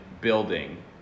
building